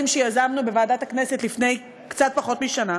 שיזמנו בוועדת הכנסת לפני קצת פחות משנה,